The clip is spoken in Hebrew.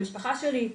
למשפחה שלי.